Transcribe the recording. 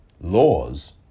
laws